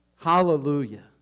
Hallelujah